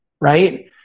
Right